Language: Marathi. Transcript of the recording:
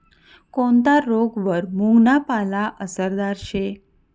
कोनता रोगवर मुंगना पाला आसरदार शे